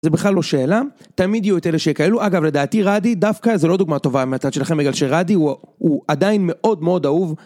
זה בכלל לא שאלה, תמיד יהיו את אלה שיקללו, אגב לדעתי רדי דווקא זה לא דוגמה טובה מהצד שלכם בגלל שרדי הוא...הוא עדיין מאוד מאוד אהוב